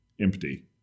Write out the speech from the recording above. empty